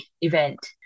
event